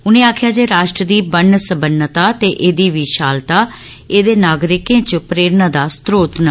उनें आम्खेआ जे राष्ट्र दी बन्न सब्बनता ते एह्दा विशालता एह्दे नागरिकें च प्रेरणा दा स्रोत न